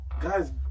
guys